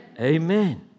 Amen